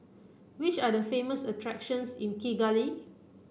which are the famous attractions in Kigali